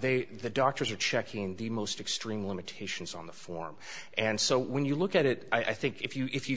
they the doctors are checking the most extreme limitations on the form and so when you look at it i think if you if you